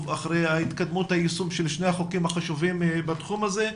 אחרי התקדמות ויישום שני החוקים החשובים בתחום הזה.